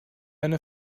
eine